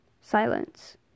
silence